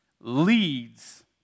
leads